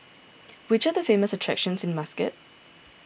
which are the famous attractions in Muscat